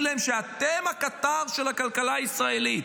להם שהם הקטר של הכלכלה הישראלית.